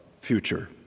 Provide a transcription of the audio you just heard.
future